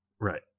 Right